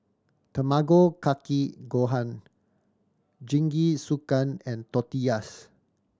Tamago Kake Gohan Jingisukan and Tortillas